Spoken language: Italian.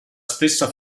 stessa